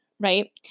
right